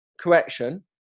correction